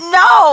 no